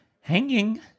hanging